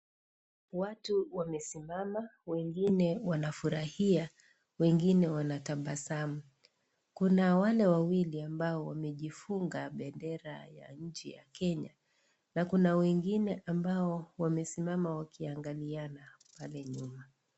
Watu wamesimama, wengine wanafurahia, wengine wanatabasamu. Kuna wale wawili ambao wamejifunga bendera ya nchi ya Kenya, na kuna wengine ambao wamesimama wakiangaliana pale nyuma.